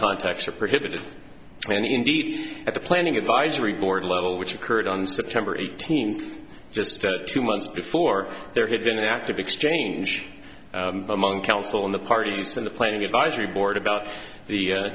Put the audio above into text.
context are prohibited and indeed at the planning advisory board level which occurred on september eighteenth just two months before there had been an active exchange among council in the parties from the planning advisory board about the